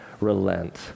relent